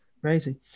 crazy